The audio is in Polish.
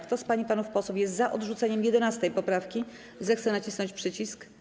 Kto z pań i panów posłów jest za odrzuceniem 11. poprawki, zechce nacisnąć przycisk.